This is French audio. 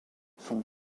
sont